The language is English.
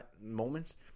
moments